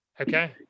Okay